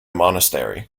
monastery